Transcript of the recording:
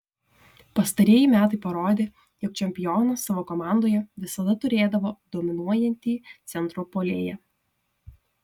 pastarieji metai parodė jog čempionas savo komandoje visada turėdavo dominuojantį centro puolėją